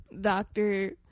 Doctor